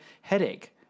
headache